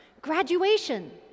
graduation